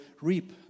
reap